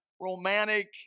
romantic